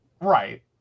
Right